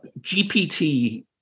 GPT